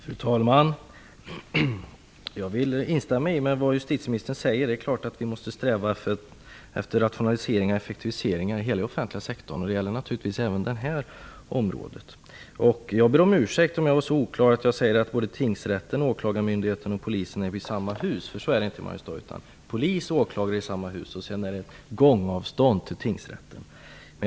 Fru talman! Jag vill instämma i det justitieministern säger. Det är klart att vi måste sträva efter rationaliseringar och effektiviseringar i hela den offentliga sektorn. Det gäller naturligtvis även det här området. Jag ber om ursäkt om jag var så oklar att jag sade att tingsrätten, åklagarmyndigheten och polisen finns i samma hus. Så är det inte i Mariestad. Polis och åklagare finns i samma hus. Det är gångavstånd till tingsrätten.